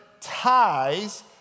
ties